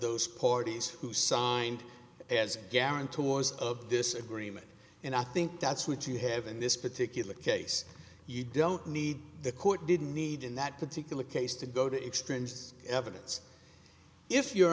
those parties who signed as guarantors of this agreement and i think that's what you have in this particular case you don't need the court didn't need in that particular case to go to extremes evidence if you're